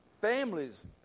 Families